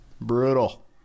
brutal